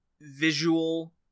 visual